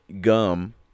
gum